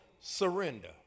Surrender